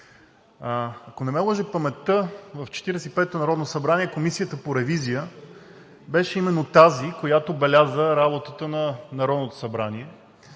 Ако не ме лъже паметта, в 45-ото народно събрание Комисията по ревизия беше именно тази, която беляза работата на Народното събрание.